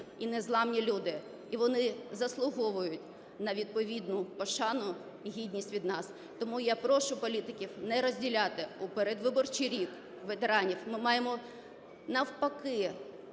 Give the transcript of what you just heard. і незламні люди і вони заслуговують на відповідну пошану, гідність від нас. Тому я прошу політиків не розділяти у передвиборчий рік ветеранів. Ми маємо навпаки